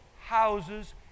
houses